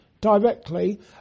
directly